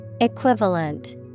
Equivalent